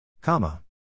Comma